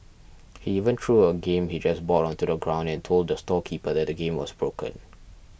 he even threw a game he just bought onto the ground and told the storekeeper that the game was broken